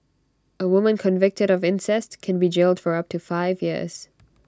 A woman convicted of incest can be jailed for up to five years